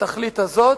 התכלית הזאת,